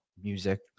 Music